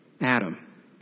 Adam